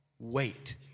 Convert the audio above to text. Wait